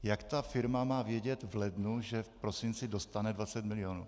Jak ta firma má vědět v lednu, že v prosinci dostane 20 mil.?